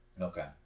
Okay